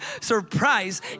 surprise